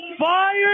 Fire